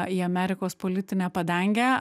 į amerikos politinę padangę